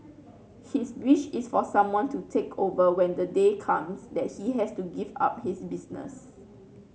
his wish is for someone to take over when the day comes that he has to give up his business